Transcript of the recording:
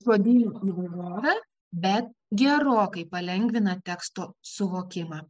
žodyno įvairovę bet gerokai palengvina teksto suvokimą